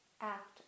act